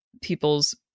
people's